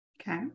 okay